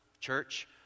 Church